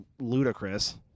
ludicrous—